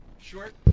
Short